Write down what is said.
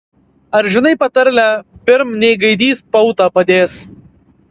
ar žinai patarlę pirm nei gaidys pautą padės